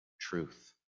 truth